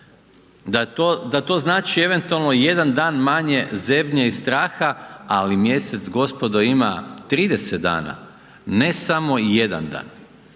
Da to znači eventualno jedan dan manje zebnje i straha ali mjesec gospodo ima 30 dana ne samo 1 dan.